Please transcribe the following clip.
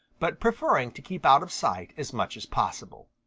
but preferring to keep out of sight as much as possible.